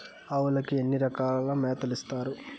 ఆవులకి ఎన్ని రకాల మేతలు ఇస్తారు?